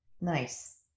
Nice